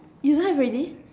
you don't have already